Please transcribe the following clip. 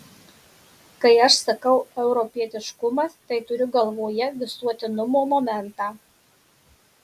kai aš sakau europietiškumas tai turiu galvoje visuotinumo momentą